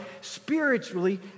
spiritually